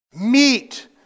Meet